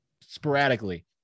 sporadically